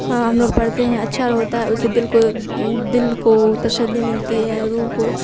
ہاں ہم لوگ پڑھتے ہیں اچھا ہوتا ہے اسے دل کو دل کو تسسلی ملتی ہے روح کو